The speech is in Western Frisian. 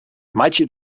meitsje